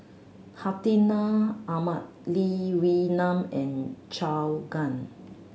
Hartinah Ahmad Lee Wee Nam and Zhou Can